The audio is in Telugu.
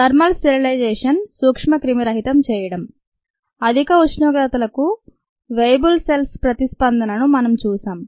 "థర్మల్ స్టెరిలైజేషన్" సూక్ష్మక్రిమిరహితం చేయడం అధిక ఉష్ణోగ్రతకు "వేయబుల్ సెల్స్" ప్రతిస్పందన ను మనం చూశాం